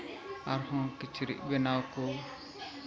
ᱟᱨᱦᱚᱸ ᱠᱤᱪᱨᱤᱡᱽ ᱵᱮᱱᱟᱣ ᱠᱚ